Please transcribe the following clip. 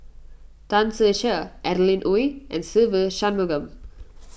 Tan Ser Cher Adeline Ooi and Se Ve Shanmugam